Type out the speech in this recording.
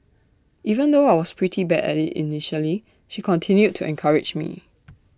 even though I was pretty bad at IT initially she continued to encourage me